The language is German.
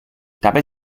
dabei